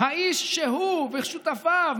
האיש שהוא ושותפיו,